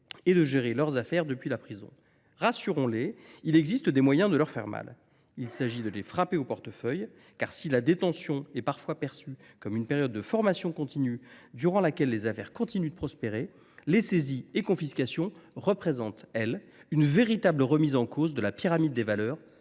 et de gérer leurs affaires depuis la prison. Rassurons les, il existe des moyens de leur faire mal. Il s’agit de les frapper au portefeuille, car si la détention est parfois perçue comme une période de formation continue durant laquelle les affaires continuent de prospérer, les saisies et confiscations représentent une véritable remise en cause de la pyramide des valeurs